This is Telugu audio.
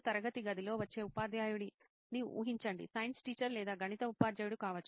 తరగతి గదిలోకి వచ్చే ఉపాధ్యాయుడిని ఊహించండి సైన్స్ టీచర్ లేదా గణిత ఉపాధ్యాయుడు కావచ్చు